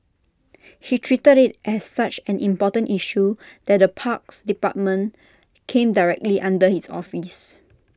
he treated IT as such an important issue that the parks department came directly under his office